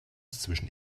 zwischen